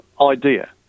idea